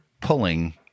pulling